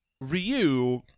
Ryu